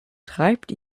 treibt